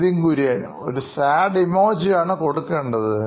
Nithin Kurian COO Knoin Electronics ഒരു sad emoji ആണ് കൊടുക്കേണ്ടത്